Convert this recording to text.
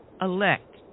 elect